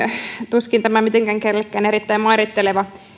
tuskin tämä kenellekään mitenkään kovin mairitteleva